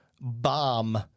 bomb